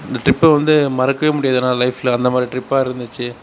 இந்த ட்ரிப்பை வந்து மறக்கவே முடியாது என்னால் லைஃப்பில் அந்தமாதிரி ட்ரிப்பாக இருந்துச்சி